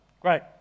Great